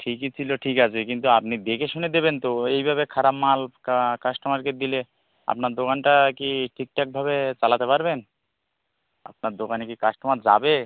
ঠিকই ছিল ঠিক আছে কিন্তু আপনি দেখেশুনে দেবেন তো এইভাবে খারাপ মাল কা কাস্টমারকে দিলে আপনার দোকানটা কি ঠিকঠাকভাবে চালাতে পারবেন আপনার দোকানে কি কাস্টমার যাবে